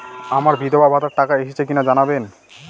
আমার বিধবাভাতার টাকা এসেছে কিনা জানাবেন?